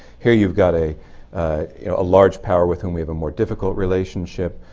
here you've got a a large power with whom we have a more difficult relationship,